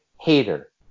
hater